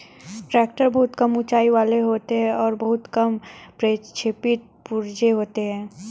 tractor बहुत कम ऊँचाई वाले होते हैं और बहुत कम प्रक्षेपी पुर्जे होते हैं